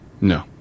No